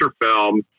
film